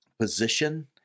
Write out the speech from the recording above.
position